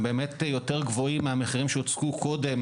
הם באמת יותר גבוהים מהמחירים שהוצגו קודם,